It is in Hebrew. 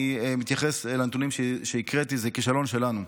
אני מתייחס לנתונים שהקראתי, זה כישלון שלנו.